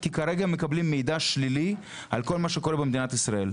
כי כרגע הם מקבלים מידע שלילי על כל מה שקורה במדינת ישראל,